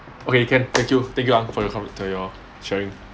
okay can thank you thank you ah for your for your sharing